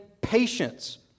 patience